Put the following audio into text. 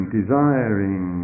desiring